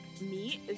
meat